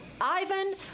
Ivan